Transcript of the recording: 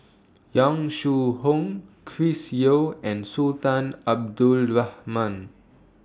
Yong Shu Hoong Chris Yeo and Sultan Abdul Rahman